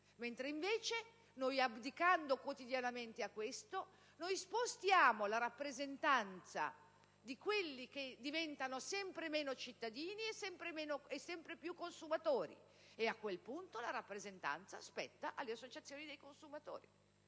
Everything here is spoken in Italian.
Invece, abdicando quotidianamente a questo, spostiamo la rappresentanza di quelli che diventano sempre meno cittadini e sempre più consumatori; e la rappresentanza a quel punto spetta alle associazioni dei consumatori